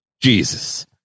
Jesus